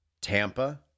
Tampa